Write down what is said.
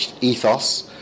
Ethos